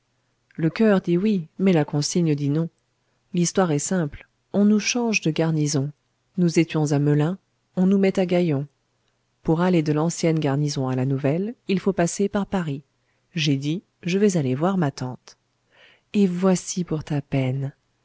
le coeur dit oui mais la consigne dit non l'histoire est simple on nous change de garnison nous étions à melun on nous met à gaillon pour aller de l'ancienne garnison à la nouvelle il faut passer par paris j'ai dit je vais aller voir ma tante et voici pour ta peine